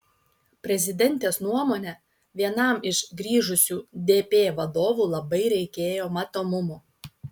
prezidentės nuomone vienam iš grįžusių dp vadovų labai reikėjo matomumo